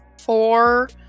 four